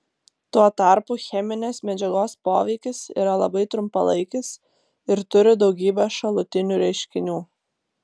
tuo tarpu cheminės medžiagos poveikis yra labai trumpalaikis ir turi daugybę šalutinių reiškinių